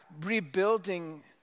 rebuilding